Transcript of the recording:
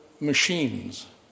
machines